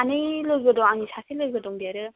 सानै लोगो दङ आंनि सासे लोगो दंदेरो